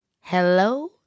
Hello